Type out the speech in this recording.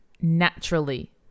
Naturally